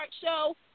show